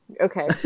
Okay